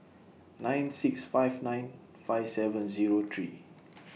nine six five nine five seven Zero three